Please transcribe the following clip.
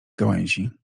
gałęzi